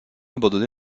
abandonné